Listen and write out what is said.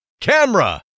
camera